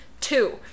Two